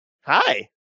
hi